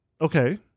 Okay